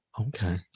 Okay